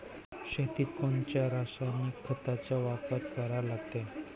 शेतीत कोनच्या रासायनिक खताचा वापर करा लागते?